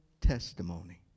testimony